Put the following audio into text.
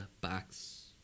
box